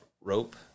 rope